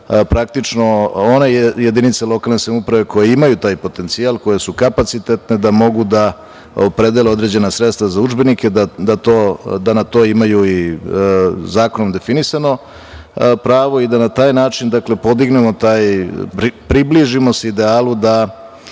praktično one jedinice lokalne samouprave koje imaju taj potencijal, koje su kapacitetne da mogu da opredele određena sredstva za udžbenike, da na to imaju i zakonom definisano pravo i da na taj način podignemo taj, približimo se idealu da